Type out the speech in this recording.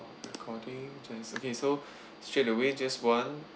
recording okay so straight away just one